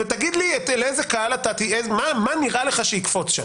ותגיד לי מה נראה לך שיקפוץ שם.